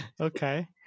Okay